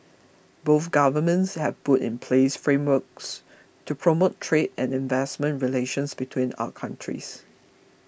both governments have put in place frameworks to promote trade and investment relations between our countries